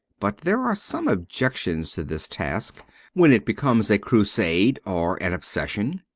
but there are some objections to this task when it becomes a crusade or an obsession.